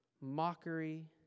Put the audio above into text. mockery